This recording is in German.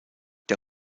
der